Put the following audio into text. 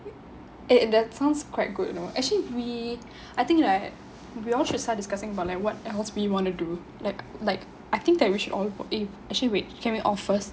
that sounds quite good you know actually we I think right beyond should start discussing about like what else we wanted to do like like I think that we should all if actually we can we offers